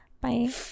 Bye